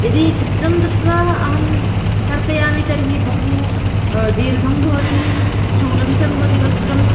यदि चित्रं दृष्ट्वा अहं कर्तयामि तर्हि बहु दीर्घं भवति स्थूलं च भवति वस्त्रम्